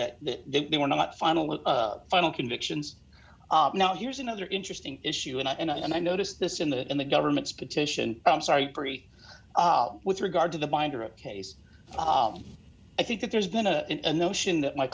that they were not final the final convictions now here's another interesting issue and i and i noticed this in the in the government's petition i'm sorry with regard to the binder case i think that there's been a notion that my